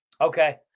Okay